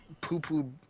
poo-poo